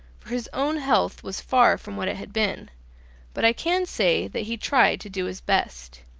for his own health was far from what it had been but i can say that he tried to do his best.